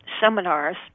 seminars